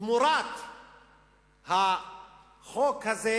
תמורת החוק הזה,